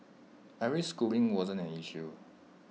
every schooling wasn't an issue